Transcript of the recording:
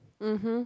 (uh huh)